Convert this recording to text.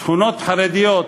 בשכונות חרדיות,